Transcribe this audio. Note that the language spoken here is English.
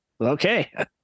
okay